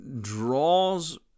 draws